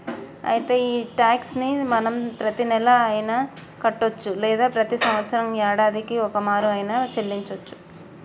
అయితే ఈ టాక్స్ ని మనం ప్రతీనెల అయిన కట్టొచ్చు లేదా ప్రతి సంవత్సరం యాడాదికి ఓమారు ఆయిన సెల్లించోచ్చు